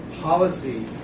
policy